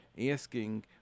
asking